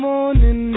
Morning